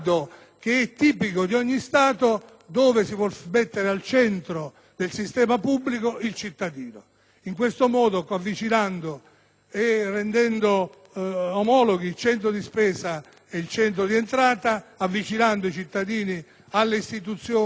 che è tipico di ogni Stato, dove si vuole mettere al centro del sistema pubblico il cittadino, in tal modo avvicinando e rendendo omologhi il centro di spesa ed il centro di entrata. Avvicinando i cittadini alle istituzioni